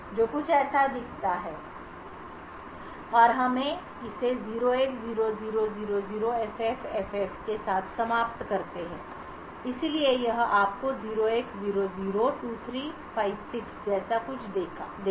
जो कुछ ऐसा दिखता है 36452356 और हम इसे 0x0000FFFF के साथ समाप्त करते हैं इसलिए यह आपको 0x00002356 जैसा कुछ देगा